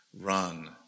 run